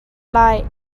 lai